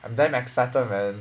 I'm damn excited man